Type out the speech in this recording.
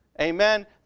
Amen